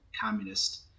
communist